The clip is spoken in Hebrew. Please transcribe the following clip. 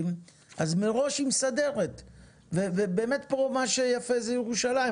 אז מראש היא מסדרת ובאמת פה מה שיפה זה ירושלים,